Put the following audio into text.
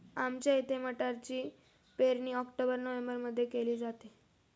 आमच्या इथे मटारची पेरणी ऑक्टोबर नोव्हेंबरमध्ये केली जाते